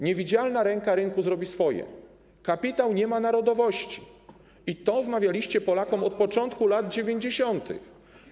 Niewidzialna ręka rynku zrobi swoje, kapitał nie ma narodowości - i to wmawialiście Polakom od początku lat 90.